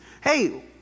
Hey